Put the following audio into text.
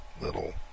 little